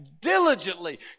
Diligently